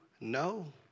no